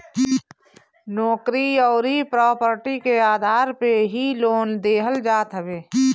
नोकरी अउरी प्रापर्टी के आधार पे ही लोन देहल जात हवे